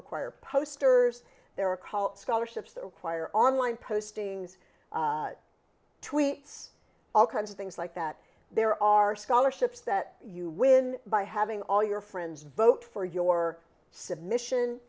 require posters there are scholarships that require online postings tweets all kinds of things like that there are scholarships that you win by having all your friends vote for your submission